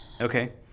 Okay